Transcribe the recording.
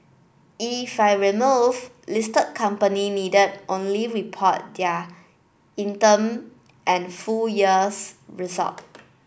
if removed listed companies need only report their interim and full years results